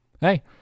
Hey